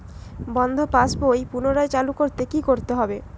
বন্ধ পাশ বই পুনরায় চালু করতে কি করতে হবে?